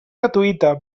gratuïta